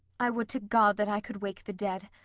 i would to god that i could wake the dead,